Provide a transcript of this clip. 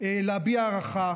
להביע הערכה